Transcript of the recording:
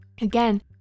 Again